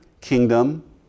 kingdom